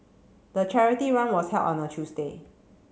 the charity run was held on a Tuesday